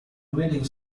remaining